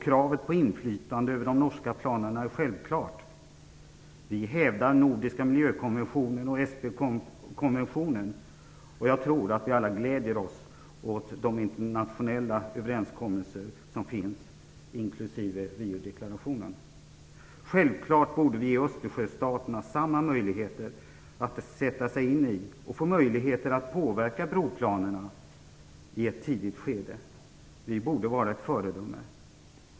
Kravet på inflytande över de norska planerna är självklart. Vi hävdar den nordiska miljökonventionen och Esbokonventionen. Jag tror att vi alla gläder oss över de internationella överenskommelser som finns, inklusive Riodeklarationen. Vi borde självfallet ge Östersjöstaterna samma möjligheter att sätta sig in i och kunna påverka broplanerna i ett tidigt skede. Vi borde vara ett föredöme.